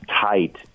tight